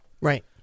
Right